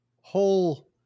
whole